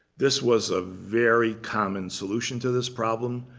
this was a very common solution to this problem,